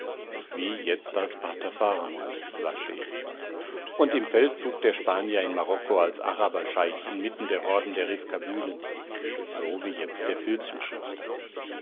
wie jetzt als pater faramund sagte ich und im feldzug der spanier in marokko als araberscheich inmitten der horden der rifkabylen so wie jetzt als